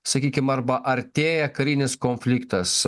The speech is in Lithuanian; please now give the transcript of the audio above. sakykim arba artėja karinis konfliktas